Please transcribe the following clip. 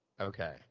Okay